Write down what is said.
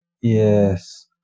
Yes